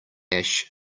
ash